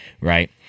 right